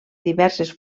diverses